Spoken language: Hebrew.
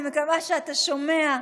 אני מקווה שאתה שומע,